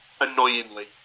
annoyingly